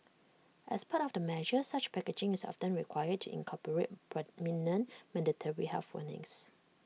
as part of the measure such packaging is often required to incorporate prominent mandatory health warnings